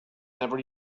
never